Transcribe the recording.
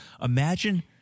imagine